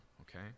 okay